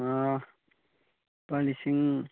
ꯑꯥ ꯂꯨꯄꯥ ꯂꯤꯁꯤꯡ